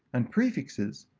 and prefixes,